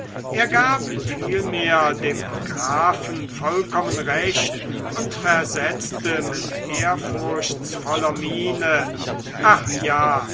er gab vielmehr dem grafen vollkommen recht und versetzte mit ehrfurchtsvoller miene ach ja